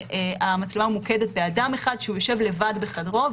והיא ממוקדת באדם אחד שיושב לבד בחדרו.